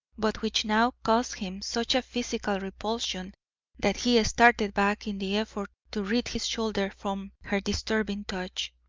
but which now caused him such a physical repulsion that he started back in the effort to rid his shoulder from her disturbing touch.